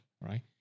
right